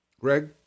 Greg